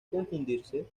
confundirse